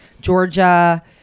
Georgia